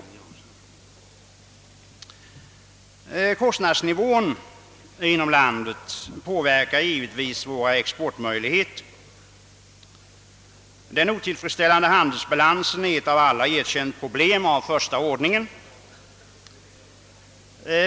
Kostnadsnivån inom landet påverkar givetvis våra exportmöjligheter — den otillfredsställande handelsbalansen är ett av alla erkänt problem av första ordningen.